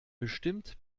bestimmt